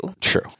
True